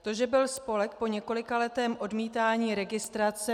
To, že byl spolek po několikaletém odmítání registrace